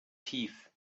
tief